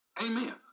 Amen